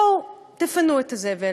בואו תפנו את הזבל,